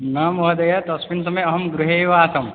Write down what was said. न महोदय तस्मिन् समये अहं गृहे एव आसम्